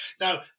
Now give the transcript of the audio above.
Now